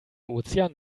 ozean